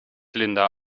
linda